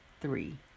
three